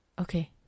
okay